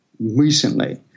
recently